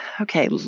Okay